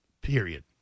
period